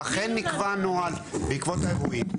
אכן נקבע נוהל בעקבות האירועים,